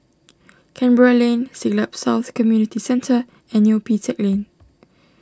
Canberra Lane Siglap South Community Centre and Neo Pee Teck Lane